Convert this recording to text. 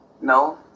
no